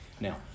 now